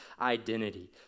identity